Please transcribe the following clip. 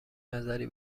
نظری